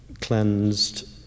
cleansed